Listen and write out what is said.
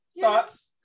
Thoughts